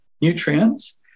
nutrients